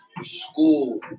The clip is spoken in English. school